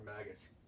maggots